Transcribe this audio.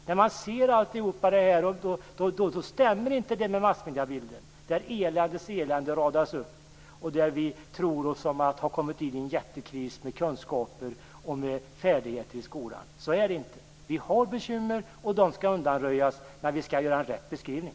När man ser allt det här så stämmer det inte med massmediebilden, där eländes elände radas upp och där vi tror oss ha kommit in i en jättekris när det gäller kunskaper och färdigheter i skolan. Så är det inte. Vi har bekymmer, och de skall undanröjas. Men vi skall göra en riktig beskrivning.